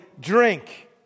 Drink